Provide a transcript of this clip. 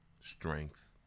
strength